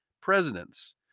presidents